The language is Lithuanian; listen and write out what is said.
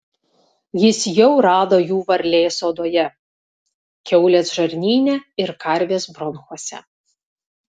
jis jau rado jų varlės odoje kiaulės žarnyne ir karvės bronchuose